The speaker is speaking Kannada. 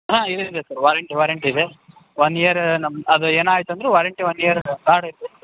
ಹಾಂ ಇದು ಇದೆ ಸರ್ ವಾರಂಟಿ ವಾರಂಟಿ ಇದೆ ಒನ್ ಇಯರ್ ನಮ್ಮದು ಅದು ಏನಾಯಿತು ಅಂದರೆ ವಾರಂಟಿ ಒನ್ ಇಯರ್ದು ಕಾರ್ಡ್ ಐತಿ